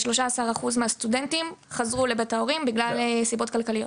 13% מהסטודנטים חזרו לגור בבית ההורים וזה בשל סיבות כלכליות.